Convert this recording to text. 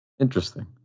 Interesting